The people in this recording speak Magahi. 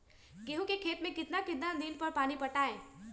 गेंहू के खेत मे कितना कितना दिन पर पानी पटाये?